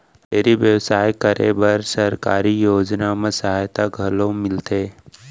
dairy बेवसाय करे बर सरकारी योजना म सहायता घलौ मिलथे